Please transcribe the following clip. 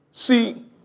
See